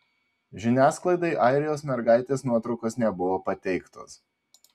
žiniasklaidai airijos mergaitės nuotraukos nebuvo pateiktos